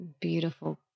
beautiful